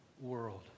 world